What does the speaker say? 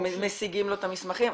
משיגים לו את המסמכים.